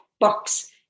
box